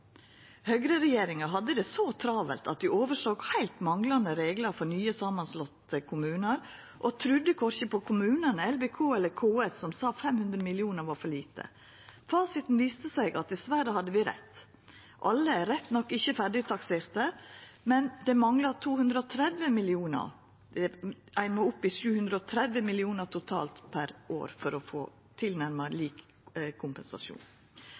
Høgreregjeringa hadde det så travelt at dei heilt oversåg manglande reglar for nye samanslåtte kommunar, og trudde korkje på kommunane, LVK eller KS som sa 500 mill. kr var for lite. Fasiten viste dessverre at vi hadde rett. Alle er rett nok ikkje ferdig takserte, men det manglar 230 mill. kr. Ein må opp i 730 mill. kr totalt per år for å få tilnærma lik kompensasjon.